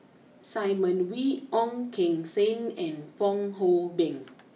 Simon Wee Ong Keng Sen and Fong Hoe Beng